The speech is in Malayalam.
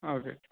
ആ ഓക്കെ